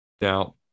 Now